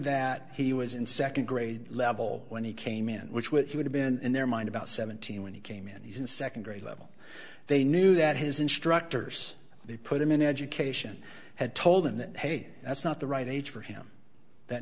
that he was in second grade level when he came in which would he would have been in their mind about seventeen when he came in he's in second grade level they knew that his instructors they put him in education had told him that hey that's not the right age for him that